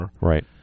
Right